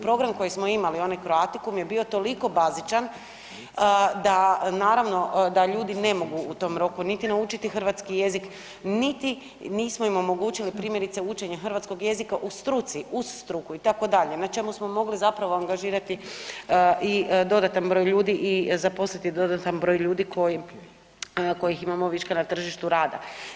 Program koji smo imali onaj Croaticum je bio toliko bazičan da naravno da ljudi ne mogu u tom roku niti naučiti hrvatski jezik, niti nismo im omogućili primjerice učenje hrvatskoj jezika u struci, uz struku itd., na čemu smo mogli zapravo angažirati i dodatan broj ljudi i zaposliti dodatan broj ljudi koji, kojih imamo viška na tržištu rada.